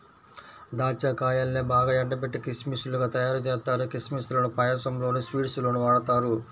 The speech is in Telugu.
దాచ్చా కాయల్నే బాగా ఎండబెట్టి కిస్మిస్ లుగా తయ్యారుజేత్తారు, కిస్మిస్ లను పాయసంలోనూ, స్వీట్స్ లోనూ వాడతారు